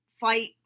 fight